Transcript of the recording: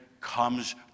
comes